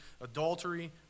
adultery